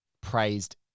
praised